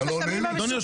חוק הסמים המסוכנים,